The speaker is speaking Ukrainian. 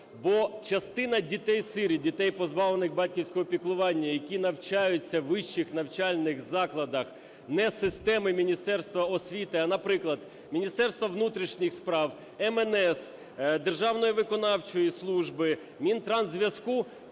Бо частина дітей-сиріт, дітей, позбавлених батьківського піклування, які навчаються у вищих навчальних закладах не системи Міністерства освіти, а, наприклад, Міністерства внутрішніх справ, МНС, Державної виконавчої служби, Мінтрансзв'язку,